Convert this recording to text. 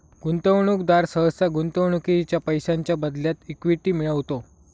गुंतवणूकदार सहसा गुंतवणुकीच्या पैशांच्या बदल्यात इक्विटी मिळवतो